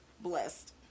blessed